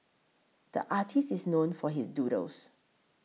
the artist is known for his doodles